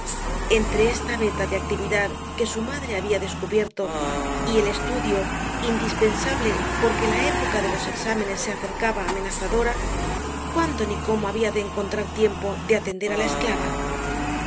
entre esta veta de actividad que su madre había descubierto y el estudio indispensable porque la época de los exámenes se acercaba amenazadora cuándo ni cómo había de encontrar tiempo de atender á la esclava